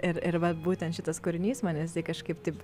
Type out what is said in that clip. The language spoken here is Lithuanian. ir ir va būtent šitas kūrinys mane jisai kažkaip taip